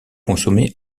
consommée